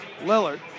Lillard